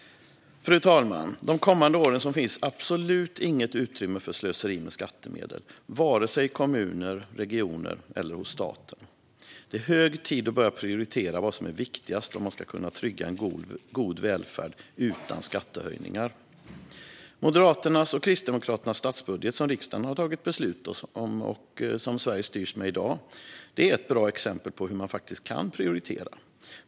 Fru talman! De kommande åren finns absolut inget utrymme för slöseri med skattemedel, vare sig i kommuner eller regioner eller hos staten. Det är hög tid att börja prioritera vad som är viktigast om man ska kunna trygga en god välfärd utan skattehöjningar. Moderaternas och Kristdemokraternas statsbudget, som riksdagen har tagit beslut om och som Sverige styrs med i dag, är ett bra exempel på hur man kan prioritera.